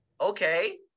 Okay